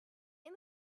and